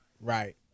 right